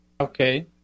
Okay